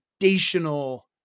foundational